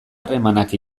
harremanak